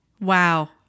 Wow